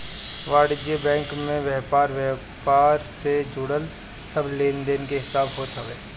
वाणिज्यिक बैंक में व्यापार व्यापार से जुड़ल सब लेनदेन के हिसाब होत हवे